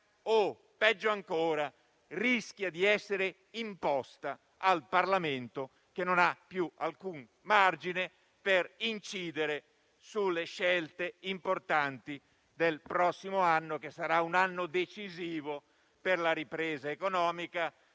o - peggio ancora - di essere imposta al Parlamento, che non ha più alcun margine per incidere sulle scelte importanti del prossimo anno, anno che sarà decisivo per la ripresa economica,